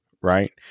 right